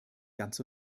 ganz